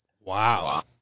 Wow